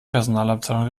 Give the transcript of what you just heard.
personalabteilung